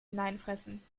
hineinfressen